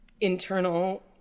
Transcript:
internal